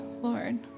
Lord